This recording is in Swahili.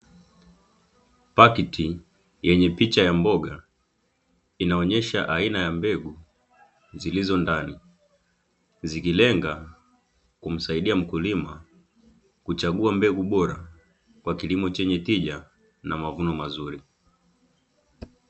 Pakiti yenye picha ya mboga inaonyesha aina ya mbegu zilizo ndani. Zikilenga kumsaidia mkulima kuchagua mbegu bora kwa kilimo chenye tija na mavuno mazuri.